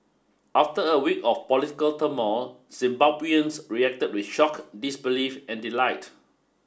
after a week of political turmoil Zimbabweans reacted with shock disbelief and delight